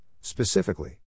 specifically